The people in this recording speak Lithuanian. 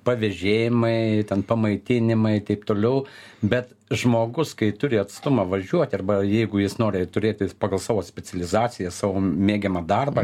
pavėžėjimai ten pamaitinimai taip toliau bet žmogus kai turi atstumą važiuoti arba jeigu jis nori turėti pagal savo specializaciją savo mėgiamą darbą